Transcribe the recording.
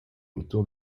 autour